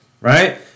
right